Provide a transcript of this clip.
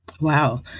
Wow